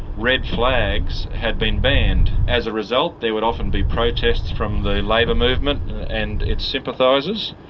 red flags had been banned. as a result there would often be protests from the labor movement and its sympathisers,